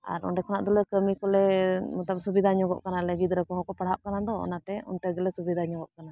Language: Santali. ᱟᱨ ᱚᱸᱰᱮ ᱠᱷᱚᱱᱟᱜ ᱫᱚᱞᱮ ᱠᱟᱹᱢᱤ ᱠᱚᱞᱮ ᱢᱚᱛᱞᱚᱵ ᱥᱩᱵᱤᱫᱟ ᱧᱚᱜᱚᱜ ᱠᱟᱱᱟᱞᱮ ᱜᱤᱫᱽᱨᱟᱹ ᱠᱚᱦᱚᱸ ᱠᱚ ᱯᱟᱲᱦᱟᱜ ᱠᱟᱱᱟ ᱫᱚ ᱚᱱᱟᱛᱮ ᱚᱱᱛᱮ ᱜᱮᱞᱮ ᱥᱩᱵᱤᱫᱟ ᱧᱚᱜᱚᱜ ᱠᱟᱱᱟ